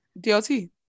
DLT